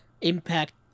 impact